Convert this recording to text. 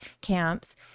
camps